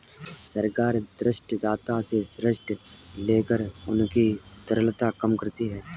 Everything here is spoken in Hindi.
सरकार ऋणदाता से ऋण लेकर उनकी तरलता कम करती है